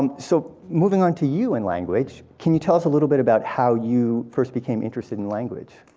um so moving on to you and language, can you tell us a little bit about how you first became interested in language.